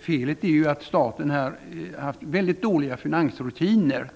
Felet är att staten här haft mycket dåliga finansrutiner.